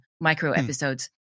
micro-episodes